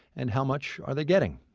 and how much are they getting?